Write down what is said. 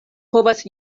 povas